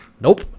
nope